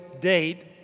date